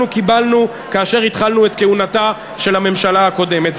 קיבלנו כאשר התחלנו את כהונתה של הממשלה הקודמת.